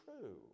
true